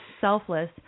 selfless